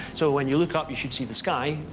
so when you look up, you should see the sky,